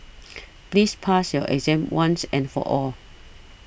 please pass your exam once and for all